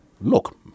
Look